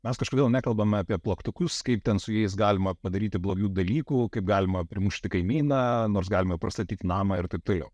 mes kažkodėl nekalbame apie plaktukus kaip ten su jais galima padaryti blogų dalykų kaip galima primušti kaimyną nors galime prastatyti namą ir taip toliau